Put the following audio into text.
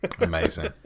Amazing